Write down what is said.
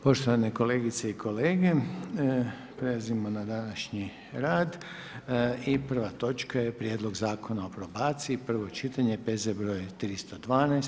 Poštovane kolegice i kolege, prelazimo na današnji red i prva točka je: - Prijedlog zakona o probaciji, prvo čitanje, P.Z. broj 312.